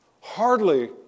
hardly